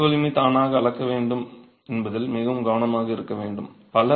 கொத்தின் அமுக்கு வலிமை தானாக அளக்க வேண்டும் என்பதில் மிகவும் கவனமாக இருக்க வேண்டும்